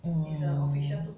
mm